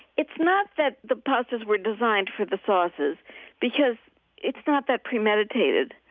it's not that the pastas were designed for the sauces because it's not that premeditated.